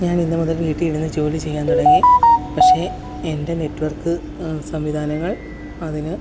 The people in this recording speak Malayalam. ഞാന്ന ഇന്നു മുതൽ വീട്ടിലിരുന്ന് ജോലി ചെയ്യാൻ തുടങ്ങി പക്ഷേ എൻ്റെ നെറ്റ്വർക്ക് സംവിധാനങ്ങൾ അതിന്